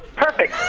perfect i